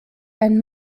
einen